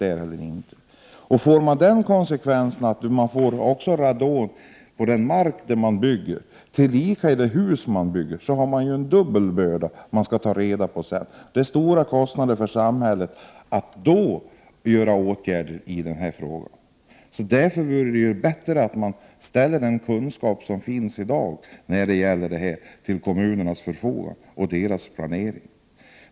Blir konsekvensen att det kommer att finnas radon både i den mark det byggs på och i de hus som byggs, får samhället en dubbel börda och stora kostnader när man skall vidta åtgärder mot radonet. Det vore därför bättre om den kunskap som i dag finns ställdes till kommunernas förfogande vid deras planering.